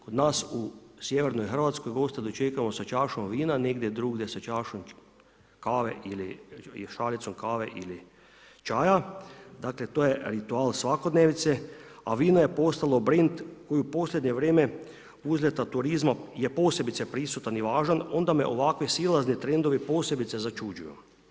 Kod nas u sjevernoj Hrvatskoj, goste dočekujemo sa čašom vina, negdje drugdje sa čašom ili šalicom kave ili čaja, dakle, to je ritual svakodnevnice, a vino je postalo brend koje u posljednje vrijeme uzlijeta turizma je posebice prisutan i važan, onda me ovakve silazni trendovi posebice začuđuju.